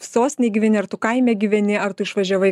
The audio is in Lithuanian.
sostinėj gyveni ar tu kaime gyveni ar tu išvažiavai